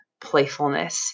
playfulness